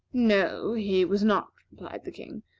no he was not, replied the king.